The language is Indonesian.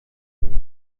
malam